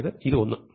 അതായത് ഇത് 1